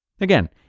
Again